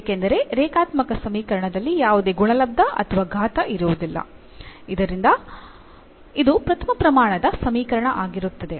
ಏಕೆಂದರೆ ರೇಖಾತ್ಮಕ ಸಮೀಕರಣದಲ್ಲಿ ಯಾವುದೇ ಗುಣಲಬ್ದ ಅಥವಾ ಘಾತ ಇರುವುದಿಲ್ಲ ಆದ್ದರಿಂದ ಇದು ಪ್ರಥಮ ಪ್ರಮಾಣದ ಸಮೀಕರಣ ಆಗಿರುತ್ತದೆ